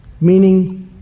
meaning